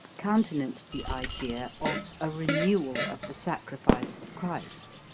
countenanced the idea of a renewal of the sacrifice of christ.